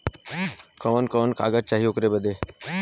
कवन कवन कागज चाही ओकर बदे?